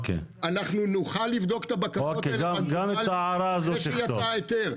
אנחנו נוכל לבדוק את הבקשות האלה -- גם את ההערה הזאת תרשום,